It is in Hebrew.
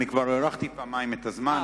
כבר הארכתי פעמיים את הזמן,